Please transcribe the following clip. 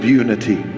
unity